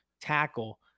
tackle